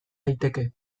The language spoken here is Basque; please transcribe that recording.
daiteke